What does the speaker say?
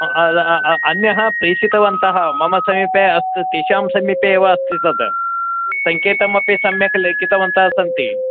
अन्यः प्रेषितवन्तः मम समीपे अस् तेषां समीपे एव अस्ति तत् सङ्केतमपि सम्यक् लेखितवन्तः सन्ति